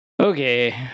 Okay